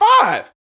five